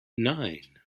nine